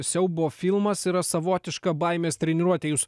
siaubo filmas yra savotiška baimės treniruotė jūs